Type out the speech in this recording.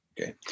okay